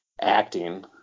acting